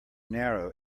narrow